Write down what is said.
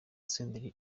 senderi